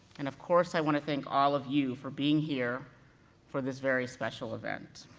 and of course, i wanna thank all of you for being here for this very special event.